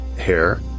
Hair